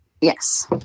Yes